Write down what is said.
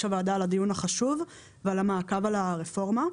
הוועדה על הדיון החשוב ועל המעקב על הרפורמה.